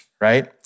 right